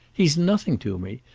he's nothing to me.